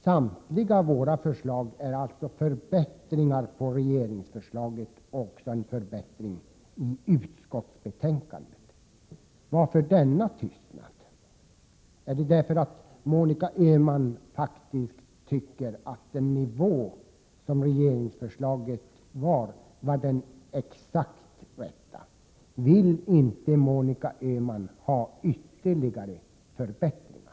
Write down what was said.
Samtliga våra förslag är alltså förbättringar av regeringsförslaget och förbättringar i förhållande till utskottsmajoritetens förslag. Varför denna tystnad? Är det därför att Monica Öhman faktiskt tycker att den nivå regeringens förslag innebär är den exakt rätta? Vill inte Monica Öhman ha ytterligare förbättringar?